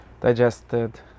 digested